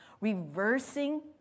reversing